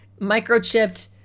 microchipped